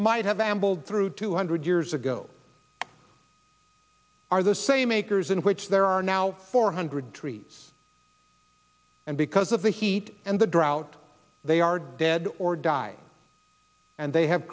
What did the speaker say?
might have ambled through two hundred years ago are the same acres in which there are now four hundred trees and because of the heat and the drought they are dead or died and they have